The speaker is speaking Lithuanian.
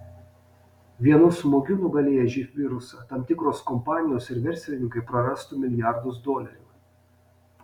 vienu smūgiu nugalėję živ virusą tam tikros kompanijos ir verslininkai prarastų milijardus dolerių